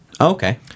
Okay